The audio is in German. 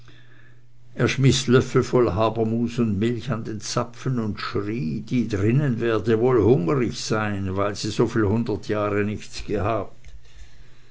er schmiß löffel voll habermus oder milch an den zapfen und schrie die drinnen werde wohl hungrig sein weil sie so viel hundert jahre nichts gehabt